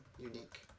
unique